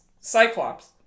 Cyclops